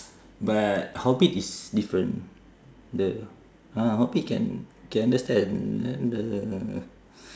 but hobbit is different the ah Hobbit can can understand the